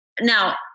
Now